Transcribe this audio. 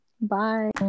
bye